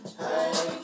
hey